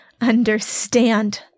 understand